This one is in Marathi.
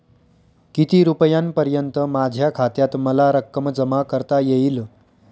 किती रुपयांपर्यंत माझ्या खात्यात मला रक्कम जमा करता येईल?